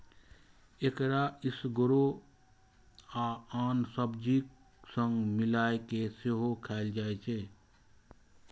एकरा एसगरो आ आन सब्जीक संग मिलाय कें सेहो खाएल जाइ छै